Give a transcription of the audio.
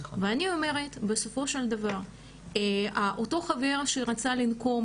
ואני אומרת בסופו של דבר אותו חבר שרצה לנקום,